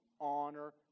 Honor